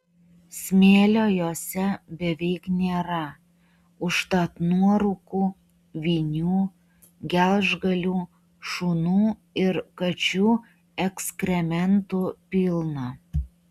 smėlio jose beveik nėra užtat nuorūkų vinių gelžgalių šunų ir kačių ekskrementų pilna